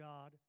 God